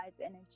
energy